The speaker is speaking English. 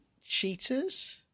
cheaters